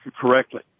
correctly